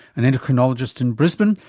an endocrinologist in brisbane,